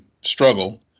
struggle